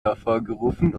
hervorgerufen